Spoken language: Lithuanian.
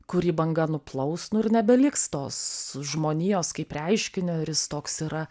kurį banga nuplaus nu ir nebeliks tos žmonijos kaip reiškinio ar jis toks yra